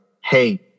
Hey